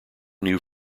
knew